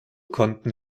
konnten